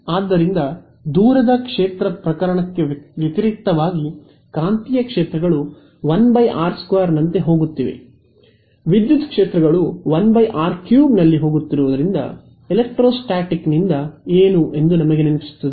ಆದ್ದರಿಂದ ದೂರದ ಕ್ಷೇತ್ರ ಪ್ರಕರಣಕ್ಕೆ ವ್ಯತಿರಿಕ್ತವಾಗಿ ಕಾಂತೀಯ ಕ್ಷೇತ್ರಗಳು 1 r೨ ನಂತೆ ಹೋಗುತ್ತಿವೆ ವಿದ್ಯುತ್ ಕ್ಷೇತ್ರಗಳು ೧r3 ನಲ್ಲಿ ಹೋಗುತ್ತಿರುವುದರಿಂದ ಎಲೆಕ್ಟ್ರೋಸ್ಟಾಟಿಕ್ಸ್ನಿಂದ ಏನು ಎಂದು ನಮಗೆ ನೆನಪಿಸುತ್ತದೆ